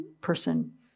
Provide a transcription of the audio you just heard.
person